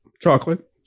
chocolate